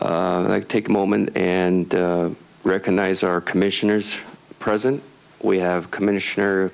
take a moment and recognize our commissioners present we have commissioner